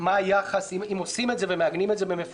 אם מעגנים את זה במפורש,